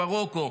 מרוקו,